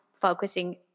focusing